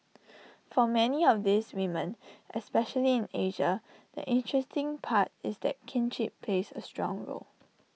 for many of these women especially in Asia the interesting part is that kinship plays A strong role